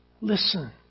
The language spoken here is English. Listen